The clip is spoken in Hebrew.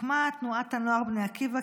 הוקמה תנועת הנוער בני עקיבא,